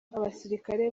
abasirikare